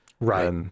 Right